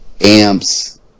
amps